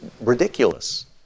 ridiculous